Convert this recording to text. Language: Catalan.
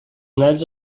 nats